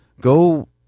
Go